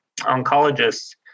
oncologists